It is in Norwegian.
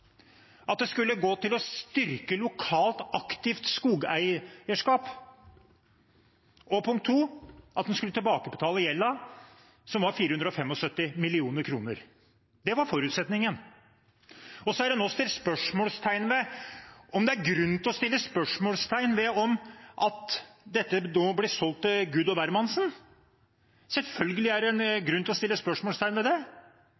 at det skulle gå til å styrke lokalt, aktivt skogeierskap, og – punkt to – at en skulle tilbakebetale gjelden, som var på 475 mill. kr. Det var forutsetningen. Så er det nå satt spørsmålstegn ved om det er grunn til å sette spørsmålstegn ved at dette nå blir solgt til Gud og Hvermansen. Selvfølgelig er det en grunn til å sette spørsmålstegn ved det,